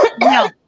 No